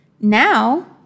Now